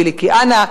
ויליקי אנה,